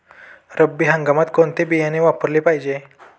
रब्बी हंगामात कोणते बियाणे वापरले पाहिजे?